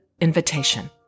invitation